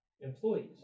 employees